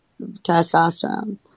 testosterone